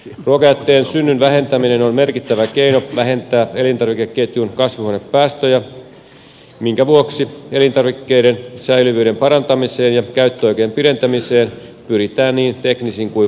ruokajätteen synnyn vähentäminen on merkittävä keino vähentää elintarvikeketjun kasvihuonepäästöjä minkä vuoksi elintarvikkeiden säilyvyyden parantamiseen ja käyttöaikojen pidentämiseen pyritään niin teknisin kuin valvonnallisinkin keinoin